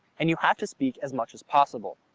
and you have to speak as much as possible.